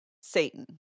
Satan